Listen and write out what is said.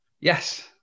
Yes